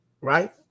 right